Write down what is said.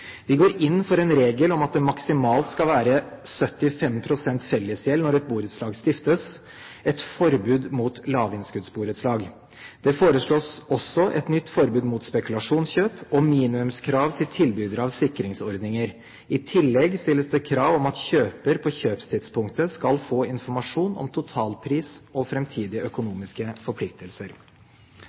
Vi går inn for en regel om at det maksimalt skal være 75 pst. fellesgjeld når et borettslag stiftes – et forbud mot lavinnskuddsborettslag. Det foreslås også et nytt forbud mot spekulasjonskjøp og minimumskrav til tilbydere av sikringsordninger. I tillegg stilles det krav om at kjøper på kjøpstidspunktet skal få informasjon om totalpris og framtidige økonomiske forpliktelser.